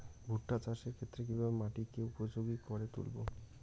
ভুট্টা চাষের ক্ষেত্রে কিভাবে মাটিকে উপযোগী করে তুলবো?